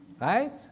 Right